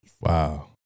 Wow